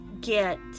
get